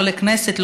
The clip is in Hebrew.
לא לכנסת,